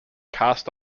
cast